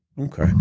Okay